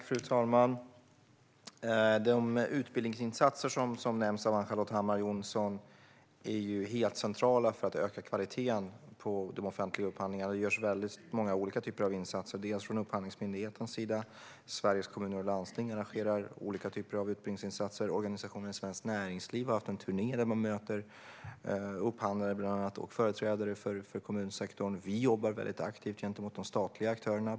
Fru talman! De utbildningsinsatser Ann-Charlotte Hammar Johnsson nämner är helt centrala för att öka kvaliteten på de offentliga upphandlingarna. Det görs många olika typer av insatser, bland annat av Upphandlingsmyndigheten, Sveriges Kommuner och Landsting, som arrangerar olika typer av utbildningsinsatser, och organisationen Svenskt Näringsliv, som har haft en turné där man bland annat möter upphandlare och företrädare för kommunsektorn. Vi jobbar aktivt gentemot de statliga aktörerna.